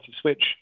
switch